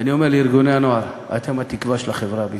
ואני אומר לארגוני הנוער: אתם התקווה של החברה בישראל.